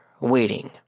waiting